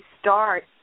start